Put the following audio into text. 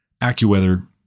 AccuWeather